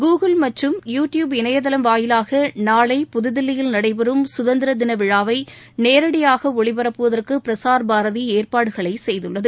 Google மற்றும் YouTube இணையதளம் வாயிலாக நாளை புதுதில்லியில் நடைபெறும் சுதந்திர தின விழாவை நேரடியாக ஒளிபரப்புவதற்கு பிரசார் பாரதி ஏற்பாடு செய்துள்ளது